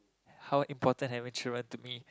how important having children to me